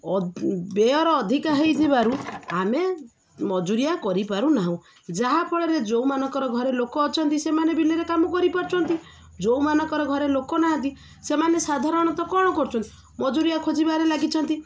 Beyer ଅଧିକା ହେଇଯିବାରୁ ଆମେ ମଜୁରିଆ କରିପାରୁନାହୁଁ ଯାହାଫଳରେ ଯେଉମାନଙ୍କର ଘରେ ଲୋକ ଅଛନ୍ତି ସେମାନେ ବିଲରେ କାମ କରିପାରୁଛନ୍ତି ଯୋଉମାନଙ୍କର ଘରେ ଲୋକ ନାହାନ୍ତି ସେମାନେ ସାଧାରଣତଃ କଣ କରୁଛନ୍ତି ମଜୁରିଆ ଖୋଜିବାରେ ଲାଗିଛନ୍ତି